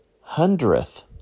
hundredth